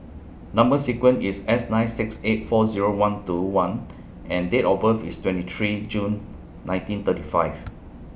Number sequence IS S nine six eight four Zero one two one and Date of birth IS twenty three June nineteen thirty five